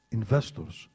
investors